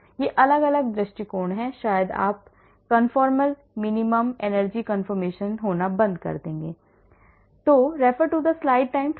ये अलग अलग दृष्टिकोण हैं शायद आप कंफ़ॉर्मल मिनिमम एनर्जी कंफ़ॉर्मेशन होना बंद कर दें